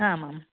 आमाम्